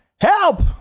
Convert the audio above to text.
help